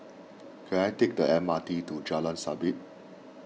can I take the M R T to Jalan Sabit